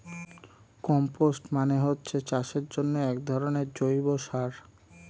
compost মানে হচ্ছে চাষের জন্যে একধরনের জৈব সার